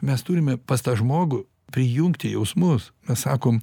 mes turime pas tą žmogų prijungti jausmus mes sakom